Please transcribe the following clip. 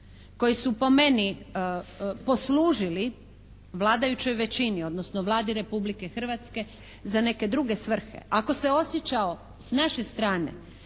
koji su po meni poslužili vladajućoj većini, odnosno Vladi Republike Hrvatske za neke druge svrhe, ako se osjećao s naše strane